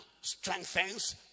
strengthens